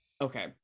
Okay